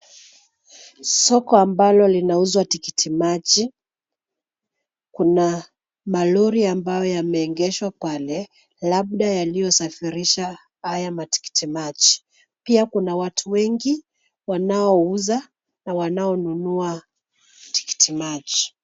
Soko ambalo linauzwa tikiti maji, kuna malori ambayo yameegeshwa pale labda yaliyosafirisha haya matikiti maji. pia kuna watu wengi wanaouza na wanaonunua tikiti maji.